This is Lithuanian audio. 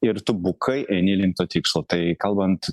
ir tu bukai eini link to tikslo tai kalbant